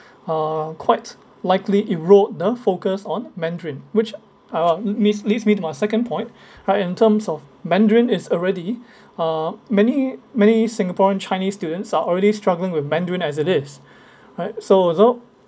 uh quite likely erode the focus on mandarin which uh will mm ~ is leads me to my second point right in terms of mandarin is already uh many many singaporean chinese students are already struggling with mandarin as it is alright so also